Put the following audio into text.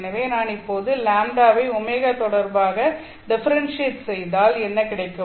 எனவே நான் இப்போது λ வை ω தொடர்பாக டிஃபரென்ஷியேட் செய்தால் என்ன கிடைக்கும்